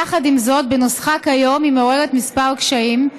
יחד עם זאת, בנוסחה כיום היא מעוררת כמה קשיים.